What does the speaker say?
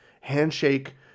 handshake